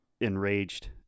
enraged